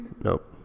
Nope